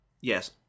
Yes